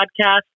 podcast